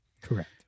Correct